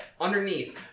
Underneath